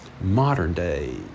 modern-day